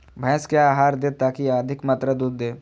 भैंस क्या आहार दे ताकि अधिक मात्रा दूध दे?